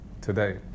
today